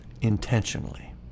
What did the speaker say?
intentionally